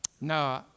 no